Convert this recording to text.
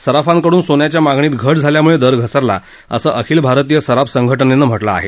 सराफांकडून सोन्याच्या मागणीत घट झाल्यामुळे दर घसरला असं अखिल भारतीय सराफ संघटनेनं म्हटलं आहे